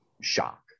shock